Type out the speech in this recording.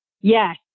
Yes